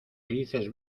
dices